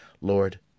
Lord